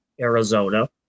Arizona